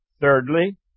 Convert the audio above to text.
Thirdly